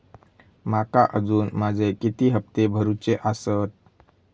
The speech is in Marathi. माका अजून माझे किती हप्ते भरूचे आसत?